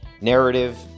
narrative